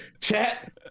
chat